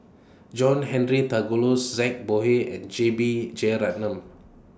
John Henry Duclos Zhang Bohe and J B Jeyaretnam